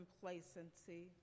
complacency